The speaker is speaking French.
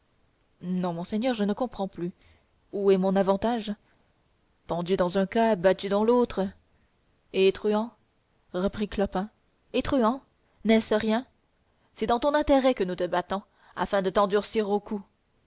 non monseigneur je ne comprends plus où est mon avantage pendu dans un cas battu dans l'autre et truand reprit clopin et truand n'est-ce rien c'est dans ton intérêt que nous te battrons afin de t'endurcir aux coups